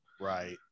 Right